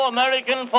American